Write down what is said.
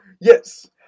Yes